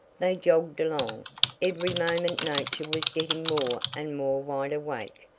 they jogged along every moment nature was getting more and more wideawake,